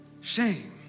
shame